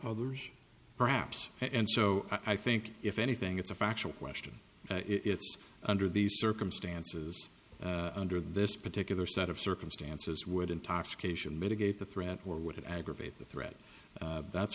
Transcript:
others perhaps and so i think if anything it's a factual question it's under these circumstances under this particular set of circumstances would intoxication mitigate the threat or would aggravate the threat that's